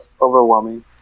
Overwhelming